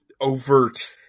overt